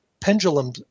pendulum